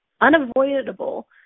unavoidable